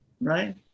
right